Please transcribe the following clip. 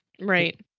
Right